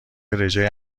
رژه